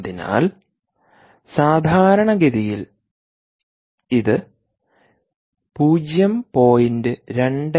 അതിനാൽ സാധാരണഗതിയിൽ ഇത് 0